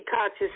conscious